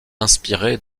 inspiré